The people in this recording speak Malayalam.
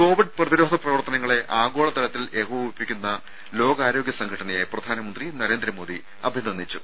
കോവിഡ് പ്രതിരോധ പ്രവർത്തനങ്ങളെ ആഗോള തലത്തിൽ ഏകോപിപ്പിക്കുന്ന ലോകാരോഗ്യ സംഘടനയെ പ്രധാനമന്ത്രി നരേന്ദ്രമോദി അഭിനന്ദിച്ചു